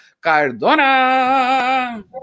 Cardona